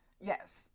Yes